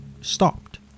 stopped